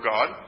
God